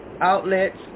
outlets